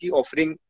offering